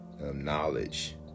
knowledge